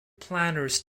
planners